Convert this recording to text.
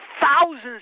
thousands